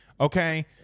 Okay